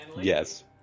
Yes